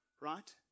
right